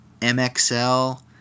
MXL